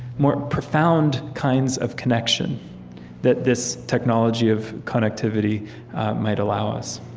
more profound kinds of connection that this technology of connectivity might allow us